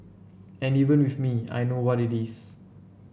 and even with me I know what it is